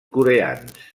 coreans